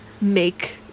make